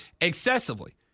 excessively